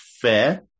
fair